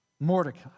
Mordecai